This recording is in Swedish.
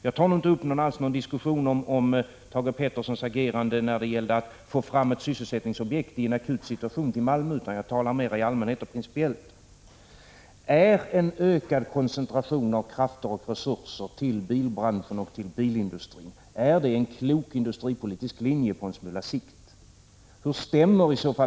Jag tar nu inte alls upp någon diskussion om Thage Petersons agerande när det gällde att i en akut situation få fram ett sysselsättningsobjekt till Malmö, utan jag diskuterar detta mera allmänt och principiellt. Är en ökad koncentration av krafter och resurser till bilbranschen och bilindustrin en klok industripolitisk linje på litet längre sikt?